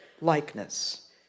likeness